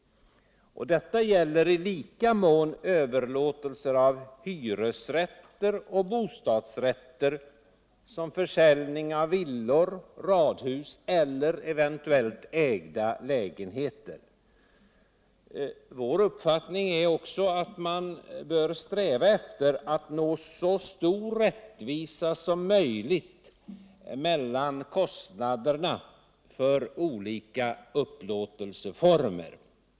Detta gäller i lika mån överlåtelser av hvresrätter och bostadsrätter som försäljning av villor, radhus eller eventuellt ägda lägenheter. Vår uppfattning är också att man bör sträva efter att nå så stor rättvisa Som möjligt mellan kostnaderna för olika upplåtelseformer.